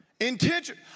Intention